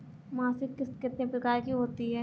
मासिक किश्त कितने प्रकार की होती है?